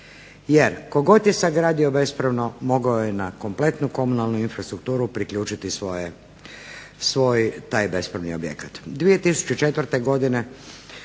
Jer tko god je sagradio bespravno, mogao je na kompletnu komunalnu infrastrukturu priključiti svoj taj bespravni objekat.